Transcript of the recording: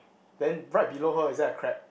then right below her is there a crab